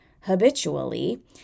habitually